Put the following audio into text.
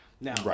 Now